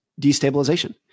destabilization